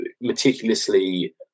meticulously